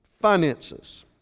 finances